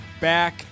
Back